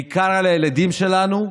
בעיקר על הילדים שלנו,